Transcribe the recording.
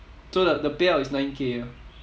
so like the payout is nine K ah